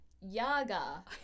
Yaga